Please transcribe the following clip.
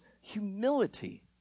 humility